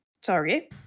Sorry